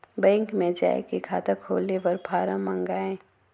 Bank मे जाय के खाता खोले बर फारम मंगाय?